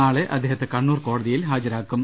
നാളെ അദ്ദേഹത്തെ കണ്ണൂർ കോടതിയിൽ ഹാജരാക്കും